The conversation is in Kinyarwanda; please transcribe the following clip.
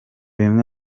bimwe